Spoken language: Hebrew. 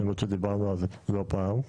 למרות שדיברנו על זה לא פעם.